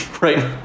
right